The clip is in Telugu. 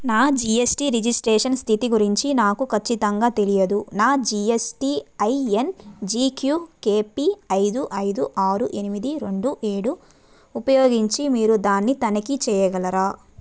నా జీ ఎస్ టీ రిజిస్ట్రేషన్ స్థితి గురించి నాకు ఖచ్చితంగా తెలియదు నా G S T I N G Q K P ఐదు ఐదు ఆరు ఎనిమిది రెండు ఏడు ఉపయోగించి మీరు దాన్ని తనిఖీ చేయగలరా